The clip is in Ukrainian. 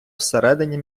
всередині